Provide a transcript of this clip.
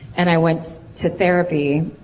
and i went to therapy.